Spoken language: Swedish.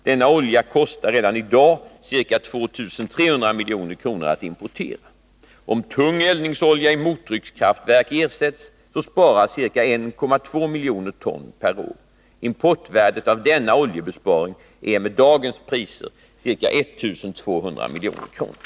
Denna olja kostar redan i dag ca 2 300 milj.kr. att importera. Om tung eldningsolja i mottryckskraftverk ersätts, sparas ca 1,2 milj. ton per år. Importvärdet av denna oljebesparing är med dagens priser ca 1 200 milj.kr.